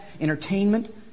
entertainment